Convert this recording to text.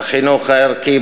בחינוך הערכי,